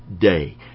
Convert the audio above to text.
day